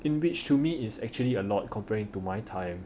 in which to me is actually a lot comparing to my time